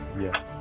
yes